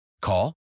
Call